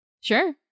Sure